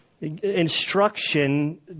instruction